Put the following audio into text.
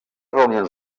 reunions